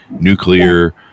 nuclear